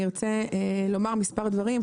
אני ארצה לומר מספר דברים.